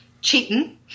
cheating